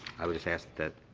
i would have asked that